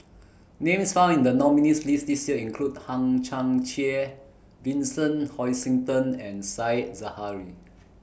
Names found in The nominees' list This Year include Hang Chang Chieh Vincent Hoisington and Said Zahari